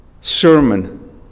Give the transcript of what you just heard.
sermon